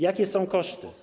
Jakie są koszty?